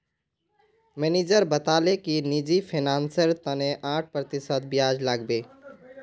manager बताले कि निजी फिनांसेर तने आठ प्रतिशत ब्याज लागबे